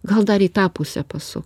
gal dar į tą pusę pasuk